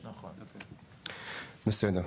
בסדר.